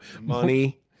money